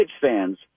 fans